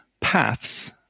paths